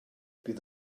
bydd